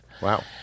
Wow